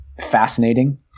fascinating